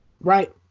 Right